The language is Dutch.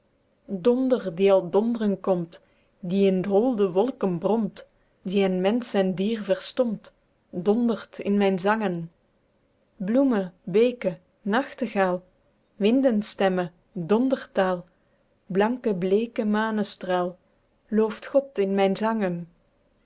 donder die al dondren komt die in d'holde wolken bromt die en mensche en dier verstomt dondert in myn zangen bloeme beke nachtegael windenstemme dondertael blanke bleeke manestrael looft god in myn zangen